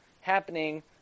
happening